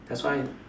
that's why